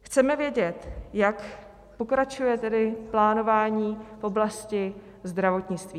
Chceme vědět, jak pokračuje plánování v oblasti zdravotnictví.